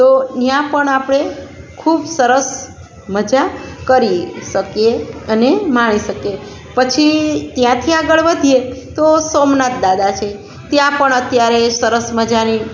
તો ત્યાં પણ આપળે ખૂબ સરસ મજા કરી શકીએ અને માણી શકીએ પછી ત્યાંથી આગળ વધીએ તો સોમનાથ દાદા છે ત્યાં પણ અત્યારે સરસ મજાની